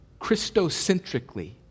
Christocentrically